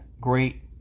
great